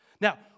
Now